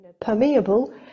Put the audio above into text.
permeable